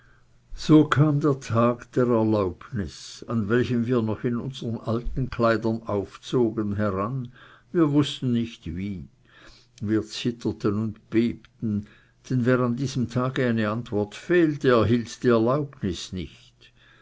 so kam der tag der erlaubnis an welchem wir noch in unsern alten kleidern aufzogen heran wir wußten nicht wie wir zitterten und bebten denn wer an diesem tage eine antwort fehlte erhielt die erlaubnis nicht